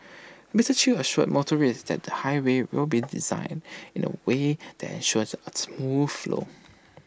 Mister chew assured motorists that the highway will be designed in A way that ensures A smooth flow